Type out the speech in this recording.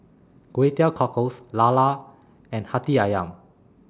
Kway Teow Cockles Lala and Hati Ayam